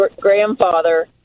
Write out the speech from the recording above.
grandfather